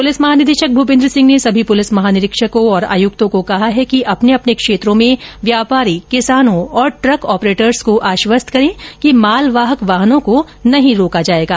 police महानिदेशक भूपेन्द्र सिंह ने सभी पूलिस महानिरीक्षकों और आयुक्तों को कहा है कि अपने अपने क्षेत्रो ैमें व्यापारी किसानों और ट्रक ऑपरेटर्स को आश्वास्त करें कि मालवाहक वाहनों को नहीं रोका जाएगा